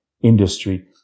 industry